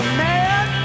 man